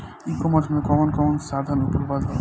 ई कॉमर्स में कवन कवन साधन उपलब्ध ह?